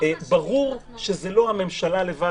ברור שזה לא הממשלה לבד,